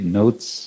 notes